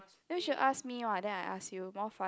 you should ask me what then I ask you more fun